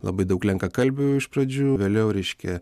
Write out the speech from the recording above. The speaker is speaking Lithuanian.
labai daug lenkakalbių iš pradžių vėliau reiškia